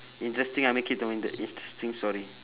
interesting ah make it to an interesting story